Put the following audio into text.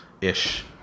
ish